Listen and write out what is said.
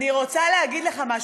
אני רוצה להגיד לך משהו.